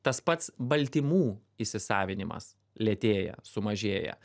tas pats baltymų įsisavinimas lėtėja sumažėja